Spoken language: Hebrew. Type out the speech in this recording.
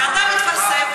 ואת לא יחידה,